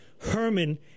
Herman